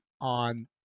on